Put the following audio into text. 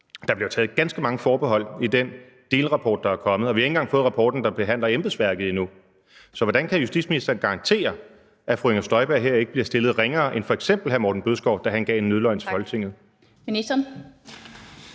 Der bliver taget ganske mange forbehold i den delrapport, der er kommet, og vi har ikke engang fået rapporten, der behandler embedsværket, endnu. Så hvordan kan justitsministeren garantere, at fru Inger Støjberg her ikke bliver stillet ringere end f.eks. hr. Morten Bødskov, da han gav en nødløgn til Folketinget?